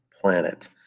planet